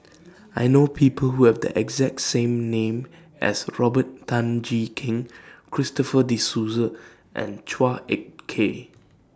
I know People Who Have The exact same name as Robert Tan Jee Keng Christopher De Souza and Chua Ek Kay